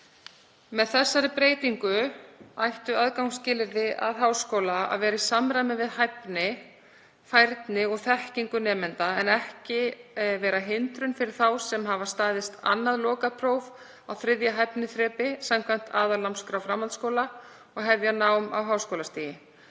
Með þessari breytingu ættu aðgangsskilyrði að háskóla að vera í samræmi við hæfni, færni og þekkingu nemenda en ekki vera hindrun fyrir þá sem hafa staðist annað lokapróf á 3. hæfniþrepi samkvæmt aðalnámskrá framhaldsskóla til að hefja nám á háskólastigi.